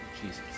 Jesus